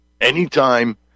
Anytime